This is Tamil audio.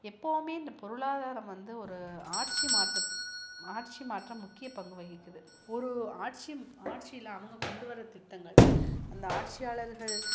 எப்போவுமே இந்த பொருளாதாரம் வந்து ஒரு ஆட்சி மாற்றத் ஆட்சி மாற்றம் முக்கிய பங்கு வகிக்குது ஒரு ஆட்சி ஆட்சியில் அவங்க கொண்டு வர திட்டங்கள் அந்த ஆட்சியாளர்கள்